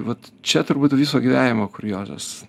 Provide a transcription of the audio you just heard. vat čia turbūt viso gyvenimo kuriozas